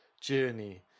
journey